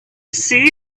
see